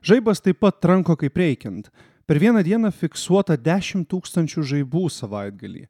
žaibas taip pat tranko kaip reikiant per vieną dieną fiksuota dešim tūkstančių žaibų savaitgalį